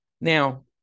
Now